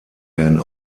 werden